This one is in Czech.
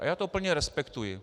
A já to plně respektuji.